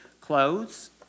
clothes